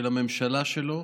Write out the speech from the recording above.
ושל הממשלה שלו,